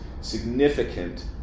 significant